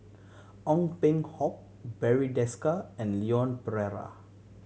Ong Peng Hock Barry Desker and Leon Perera